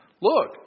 Look